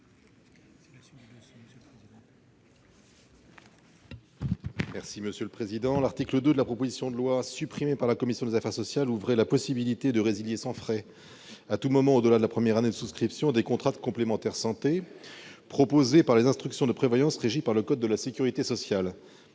n° 15 rectifié. L'article 2 de la proposition de loi, supprimé par la commission des affaires sociales, ouvrait la possibilité de résilier sans frais, à tout moment au-delà de la première année de souscription, les contrats de complémentaire santé proposés par les institutions de prévoyance régies par le code de la sécurité sociale.